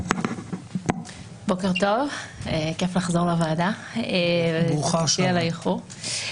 בוקר טוב, כיף לחזור לוועדה, התנצלותי על האיחור.